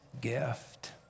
gift